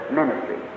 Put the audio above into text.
ministry